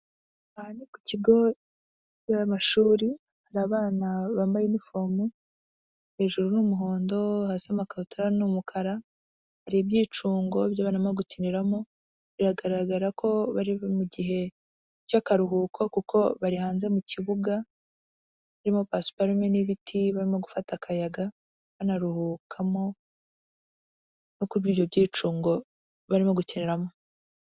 Aha ni ku kigo cy'amashuri hari abana bambaye inifome hejuru ni umuhondo, hasi amakabutura ni umukara, hari ibyicungo by'abana barimo gukiniramo, biragaragara ko bari mu gihe cy'akaruhuko kuko bari hanze mu kibuga, haririmo pasiparume n'ibiti barimo gufata akayaga banaruhukamo no kuri ibyo byicungo barimo gukiniramo.